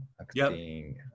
acting